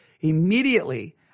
immediately